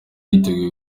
yiteguye